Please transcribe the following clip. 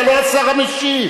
אתה לא השר המשיב.